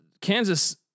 Kansas